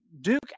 Duke